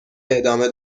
ادامه